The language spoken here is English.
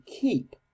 keep